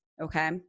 Okay